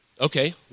Okay